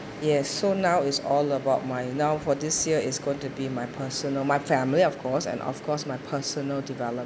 ya so now is all about my now for this year is going to be my personal my family of course and of course my personal development